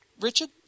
Richard